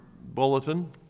bulletin